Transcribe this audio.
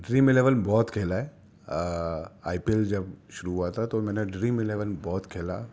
dream Eleven بہت کھیلا ہے آئی پی ایل جب شروع ہُوا تھا تو میں نے ڈریم الیون بہت کھیلا